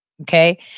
Okay